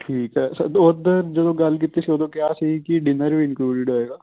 ਠੀਕ ਹੈ ਸਰ ਉਦਨ ਜਦੋਂ ਗੱਲ ਕੀਤੀ ਸੀ ਉਦੋਂ ਕਿਹਾ ਸੀ ਕਿ ਡਿਨਰ ਵੀ ਇਨਕਲੂਡਿਡ ਹੋਏਗਾ